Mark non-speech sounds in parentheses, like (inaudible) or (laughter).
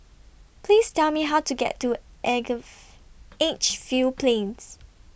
Please Tell Me How to get to (unintelligible) Edgefield Plains